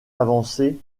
avancées